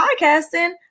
podcasting